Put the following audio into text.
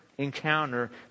encounter